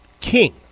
King